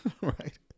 right